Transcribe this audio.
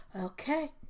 Okay